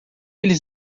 eles